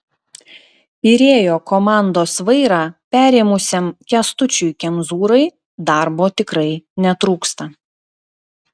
pirėjo komandos vairą perėmusiam kęstučiui kemzūrai darbo tikrai netrūksta